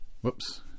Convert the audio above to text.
Whoops